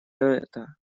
это